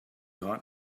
hot